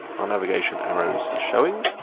our navigation arrows are showing